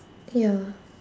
ya